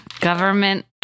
Government